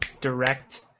direct